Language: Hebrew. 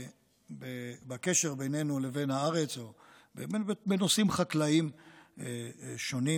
בקשר בינינו לבין הארץ בנושאים חקלאיים שונים.